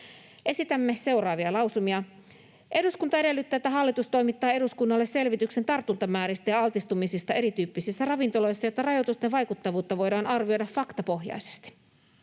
Esitämme seuraavia lausumia: ”Eduskunta edellyttää, että hallitus toimittaa eduskunnalle selvityksen tartuntamääristä ja altistumisista erityyppisissä ravintoloissa, jotta rajoitusten vaikuttavuutta voidaan arvioida faktapohjaisesti.”